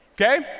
Okay